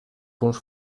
punts